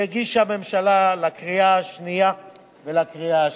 שהגישה הממשלה, לקריאה השנייה ולקריאה השלישית.